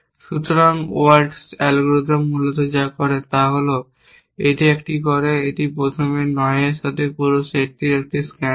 সুতরাং waltz algorithm মূলত যা করে তা হল এটি একটি করে এটি প্রথমে 9 এর পুরো সেটটির একটি স্ক্যান করে